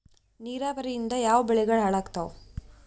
ನಿರಾವರಿಯಿಂದ ಯಾವ ಬೆಳೆಗಳು ಹಾಳಾತ್ತಾವ?